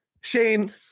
Shane